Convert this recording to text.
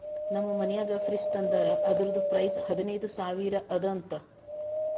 ನಮ್ ಮನ್ಯಾಗ ಫ್ರಿಡ್ಜ್ ತಂದಾರ್ ಅದುರ್ದು ಪ್ರೈಸ್ ಹದಿನೈದು ಸಾವಿರ ಅದ ಅಂತ